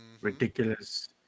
ridiculous